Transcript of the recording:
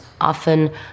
Often